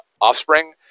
offspring